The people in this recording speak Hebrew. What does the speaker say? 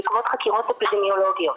בעקבות חקירות אפידמיולוגיות.